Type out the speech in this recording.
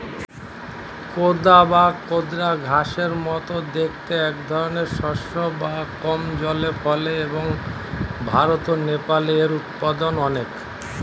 কোদা বা কোদরা ঘাসের মতো দেখতে একধরনের শস্য যা কম জলে ফলে এবং ভারত ও নেপালে এর উৎপাদন অনেক